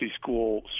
school